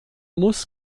muss